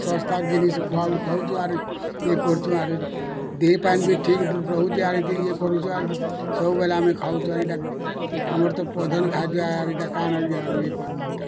ଶସ୍ତାର ଜିନିଷ୍ ଖୁଆ ଖୁଆଉଛୁ ଆରୁ ଇଏ କରୁଛୁ ଆରୁ ଦେ ପାନ୍ ବି ଠିକ୍ ରହୁଛୁ ଆର ଏଇଠି ଇଏ କରୁଛୁ ଆର୍ ସବୁବେଲେ ଆମେ ଖାଉଁଛୁ ଏଇଟାକେ ଆମର ତ ପ୍ରଧାନ ଖାଦ୍ୟ ଏୟାର ଏଇଟା କାଣା ଇ ଇଏ କରମୁଁ ଏଇଟା